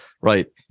right